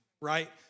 right